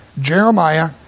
Jeremiah